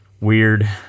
weird